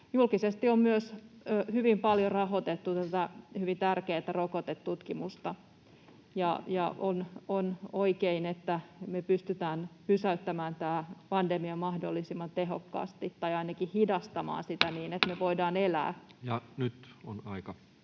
Julkisesti on myös hyvin paljon rahoitettu tätä hyvin tärkeätä rokotetutkimusta, ja on oikein, että me pystytään pysäyttämään tämä pandemia mahdollisimman tehokkaasti tai ainakin hidastamaan sitä niin,